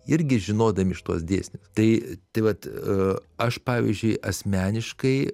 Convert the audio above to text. irgi žinodami šituos dėsnius tai tai vat aš pavyzdžiui asmeniškai